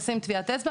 לשים טביעת אצבע.